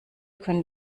können